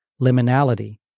liminality